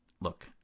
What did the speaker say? look